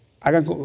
Hagan